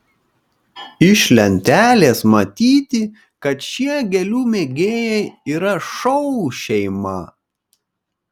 iš lentelės matyti kad šie gėlių mėgėjai yra šou šeima